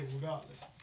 regardless